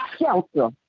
shelter